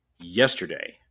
yesterday